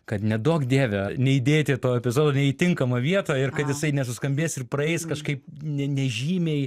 kad neduok dieve neįdėti to epizodo ne į tinkamą vietą ir kad jisai nesuskambės ir praeis kažkaip ne nežymiai